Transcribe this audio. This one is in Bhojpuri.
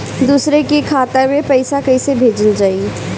दूसरे के खाता में पइसा केइसे भेजल जाइ?